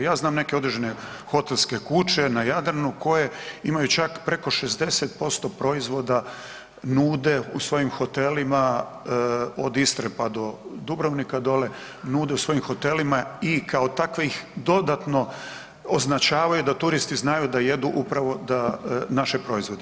Ja znam neke određene hotelske kuće na Jadranu koje imaju čak preko 60% proizvoda nude u svojim hotelima od Istre, pa do Dubrovnika dole nude u svojim hotelima i kao takve ih dodatno označavaju da turisti znaju da jedu upravo da naše proizvode.